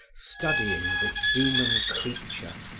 studying the human creature,